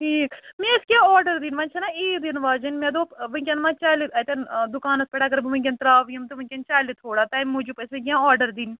ٹھیٖک مےٚ ٲسۍ کیٚںٛہہ آرڈَر دِنۍ وۅنۍ چھَنا عیٖد اِنہٕ واجیٚنۍ مےٚ دۄٚپ وُنکٮ۪ن ما چَلہِ اَتٮ۪ن دُکانَس پٮ۪ٹھ اَگر بہٕ وُنکٮ۪ن ترٛاوٕ یِم تہٕ وُنکٮ۪ن چَلہِ تھوڑا تَمہِ موٗجوٗب ٲسۍ مےٚ کیٚنٛہہ آرڈَر دِنۍ